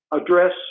address